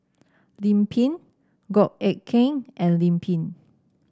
Lim Pin Goh Eck Kheng and Lim Pin